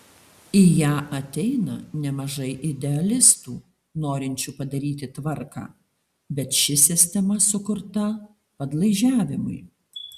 į ją ateina nemažai idealistų norinčių padaryti tvarką bet ši sistema sukurta padlaižiavimui